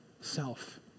self